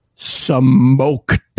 smoked